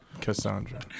Cassandra